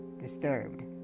Disturbed